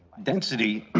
density